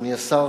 אדוני השר,